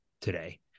today